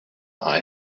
eye